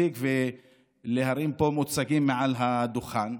להציג ולהרים פה מוצגים מעל הדוכן.